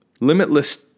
limitless